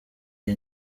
iyi